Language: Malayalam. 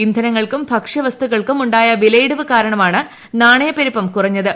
ഇന്ധനങ്ങൾക്കും ഭക്ഷ്യ വസ്തുക്കൾക്കും ഉണ്ടായ വിലയിടിവ് കാരണമാണ് നാണയപ്പെരുപ്പം കുറഞ്ഞത്